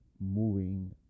moving